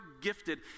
gifted